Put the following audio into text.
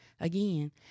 again